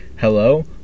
hello